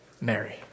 Mary